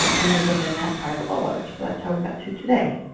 um and then within that private well water, so that's how we got to today.